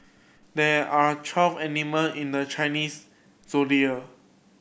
there are twelve animal in the Chinese Zodiac